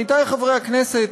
עמיתי חברי הכנסת,